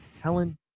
Helen